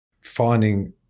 finding